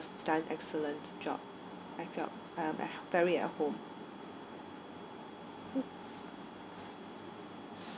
done excellent job I felt uh very at home